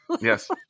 Yes